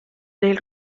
neil